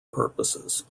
purposes